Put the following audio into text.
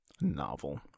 novel